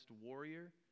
warrior